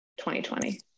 2020